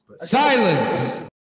Silence